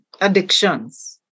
addictions